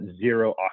zero